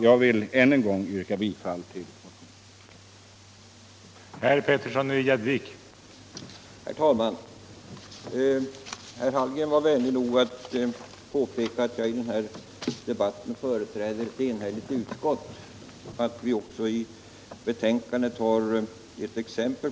Jag vill än en gång yrka bifall till motionen.